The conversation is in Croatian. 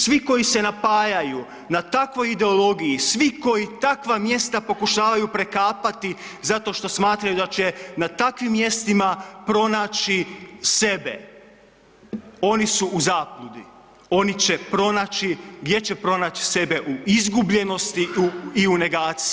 Svi koji se napajaju na takvoj ideologiji, svi koji takva mjesta pokušavaju prekapati zato što smatraju da će na takvim mjestima pronaći sebe, oni su u zabludi, oni će pronaći gdje će pronaći sebe u izgubljenosti i u negaciji.